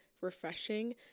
refreshing